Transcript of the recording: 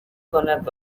کند